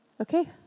okay